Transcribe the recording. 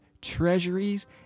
treasuries